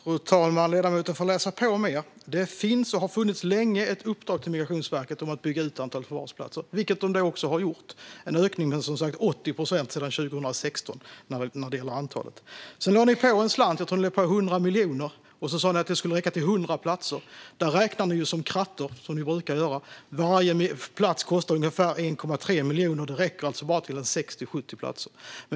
Fru talman! Ledamoten får läsa på mer. Det finns och har länge funnits ett uppdrag till Migrationsverket att bygga ut antalet förvarsplatser, vilket de också har gjort. Det är som sagt en ökning med 80 procent sedan 2016 när det gäller antalet. Ni lade på en slant, 100 miljoner, tror jag, och sa det skulle räcka till 100 platser. Där räknade ni som krattor, som ni brukar göra. Varje plats kostar ungefär 1,3 miljoner; det räcker bara till 60-70 platser.